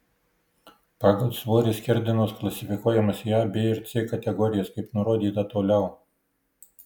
pagal svorį skerdenos klasifikuojamos į a b ir c kategorijas kaip nurodyta toliau